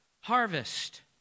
harvest